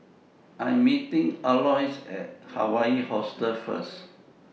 I Am meeting Aloys At Hawaii Hostel First